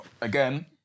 again